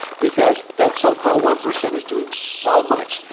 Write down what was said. because that so-called one percent is doing so much,